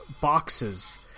boxes